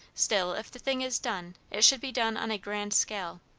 still, if the thing is done, it should be done on a grand scale.